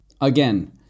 Again